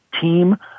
team